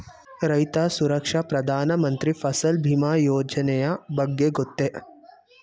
ರೈತ ಸುರಕ್ಷಾ ಪ್ರಧಾನ ಮಂತ್ರಿ ಫಸಲ್ ಭೀಮ ಯೋಜನೆಯ ಬಗ್ಗೆ ಗೊತ್ತೇ?